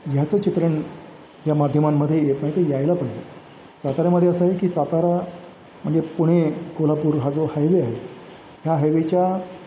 ह्याचं चित्रण या माध्यमांमध्ये येत नाही ते यायला पण साताऱ्यामध्ये असं आहे की सातारा म्हणजे पुणे कोल्हापूर हा जो हायवे आहे ह्या हायवेच्या